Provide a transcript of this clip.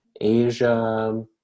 Asia